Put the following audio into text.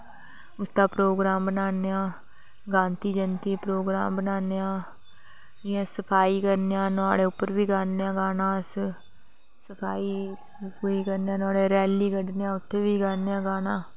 programme मनान्ने आं Gandhi Jayanti program बनाने आं जियां सफाई करने आं नुहाड़े उप्पर बी गाना गान्ने आं अस सफाई दे उप्पर रैली कड्ढने आं उत्त बी गान्ने आं गाना